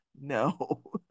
No